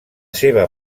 seva